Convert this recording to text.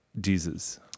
Jesus